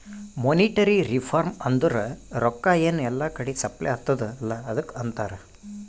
monetary reform ಅಂದುರ್ ರೊಕ್ಕಾ ಎನ್ ಎಲ್ಲಾ ಕಡಿ ಸಪ್ಲೈ ಅತ್ತುದ್ ಅಲ್ಲಾ ಅದುಕ್ಕ ಅಂತಾರ್